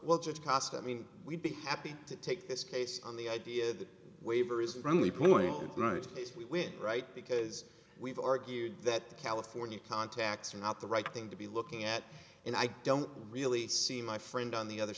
well just cost i mean we'd be happy to take this case on the idea that waiver is wrongly pointed right is we right because we've argued that the california contacts are not the right thing to be looking at and i don't really see my friend on the other